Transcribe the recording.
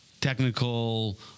technical